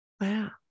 Wow